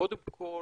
קודם כול